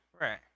Right